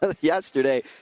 yesterday